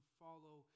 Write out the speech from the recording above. follow